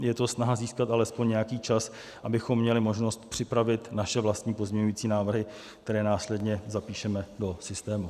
Je to snaha získat alespoň nějaký čas, abychom měli možnost připravit své vlastní pozměňovací návrhy, které následně zapíšeme do systému.